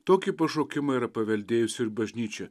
tokį pašaukimą yra paveldėjusi ir bažnyčia